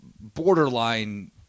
borderline